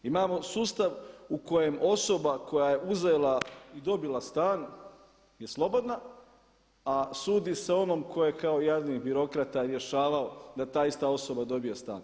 Imamo sustav u kojem osoba koja je uzela i dobila stan je slobodna, a sudi se onom koji je kao jadni birokrata rješavao na da ta ista osoba dobije stan.